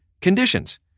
Conditions